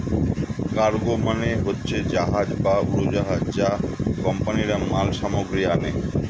cargo মানে হচ্ছে জাহাজ বা উড়োজাহাজ যা কোম্পানিরা মাল সামগ্রী আনে